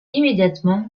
immédiatement